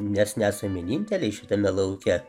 mes nesam vieninteliai šitame lauke